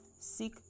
Seek